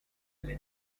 alle